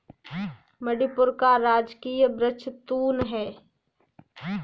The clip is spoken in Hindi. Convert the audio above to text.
मणिपुर का राजकीय वृक्ष तून है